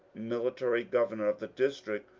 military governor of the district,